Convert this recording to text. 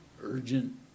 urgent